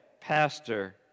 pastor